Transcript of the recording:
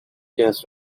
test